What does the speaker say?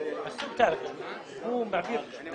אני רוצה לברך את חברי חבר הכנסת טלב אבו עראר על